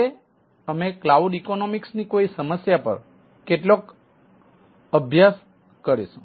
આજે અમે cloud economic ની કોઈ સમસ્યા પર કેટલોક અભ્યાસ કરીશું